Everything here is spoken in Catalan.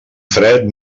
fred